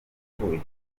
apfuye